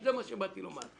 זה מה שבאתי לומר.